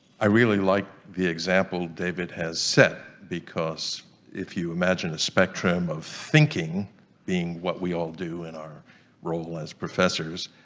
i really like the example david has set because if you imagine a spectrum of thinking being what we all do in our role as professors